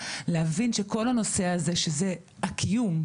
להבין שכל הנושא הזה שזה הקיום,